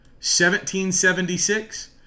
1776